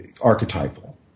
archetypal